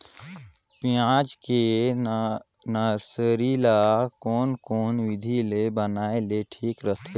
पियाज के नर्सरी ला कोन कोन विधि ले बनाय ले ठीक रथे?